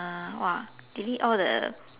!wah! delete all the